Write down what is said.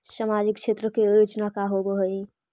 सामाजिक क्षेत्र के योजना का होव हइ?